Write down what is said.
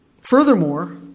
Furthermore